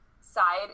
side